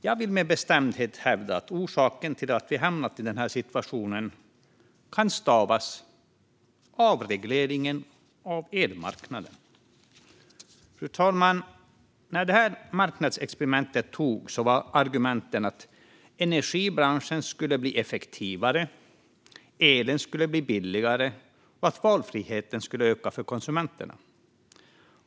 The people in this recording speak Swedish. Jag vill med bestämdhet hävda att orsaken till att vi hamnat i denna situation kan stavas "avregleringen av elmarknaden". Fru talman! När detta marknadsexperiment infördes var argumenten att energibranschen skulle bli effektivare, att elen skulle bli billigare och att valfriheten skulle öka för konsumenterna.